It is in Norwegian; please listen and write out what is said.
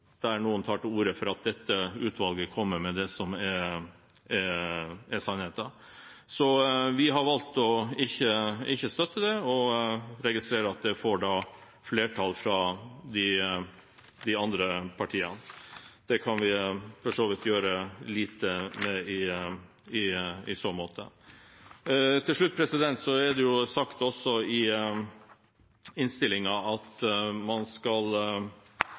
noen tar til orde for at dette utvalget skal komme med det som er sannheten. Så vi har valgt ikke å støtte det, men registrerer at det får flertall ved hjelp av de andre partiene. Det kan vi gjøre lite med i så måte. Til slutt: I innstillingen tallfester man at 2050-målene for reduksjon av klimagassutslipp skal være i